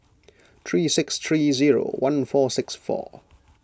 three six three zero one four six four